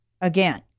again